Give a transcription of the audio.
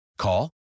Call